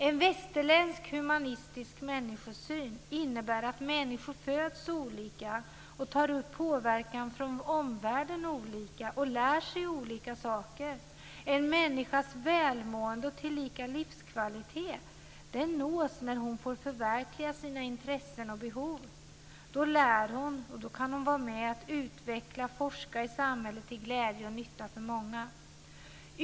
En västerländsk humanistisk människosyn innebär att människor föds olika, tar upp påverkan från omvärlden olika och lär sig olika saker. En människas välmående och tillika livskvalitet nås när hon får så att säga förverkliga sina intressen och behov. Då lär hon och då kan hon vara med och utveckla och forska i samhället, till glädje och nytta för många.